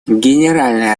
генеральной